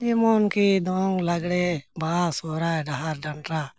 ᱡᱮᱢᱚᱱ ᱠᱤ ᱫᱚᱝ ᱞᱟᱜᱽᱬᱮ ᱵᱟᱦᱟ ᱥᱚᱦᱨᱟᱭ ᱰᱟᱦᱟᱨ ᱰᱟᱱᱴᱟ